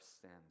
sins